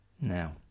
now